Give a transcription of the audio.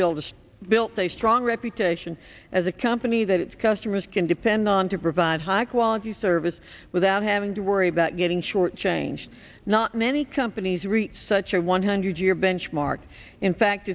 built built a strong reputation as a company that its customers can depend on to provide high quality service without having to worry about getting shortchanged not many companies reached such a one hundred year benchmark in fact